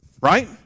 right